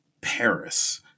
Paris